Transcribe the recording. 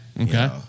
Okay